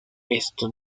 esto